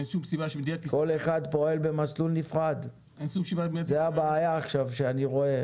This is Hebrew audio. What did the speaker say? כל אחד פועל במסלול נפרד וזו הבעיה עכשיו שאני רואה,